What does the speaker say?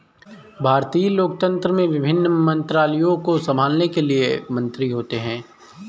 भारतीय लोकतंत्र में विभिन्न मंत्रालयों को संभालने के लिए मंत्री होते हैं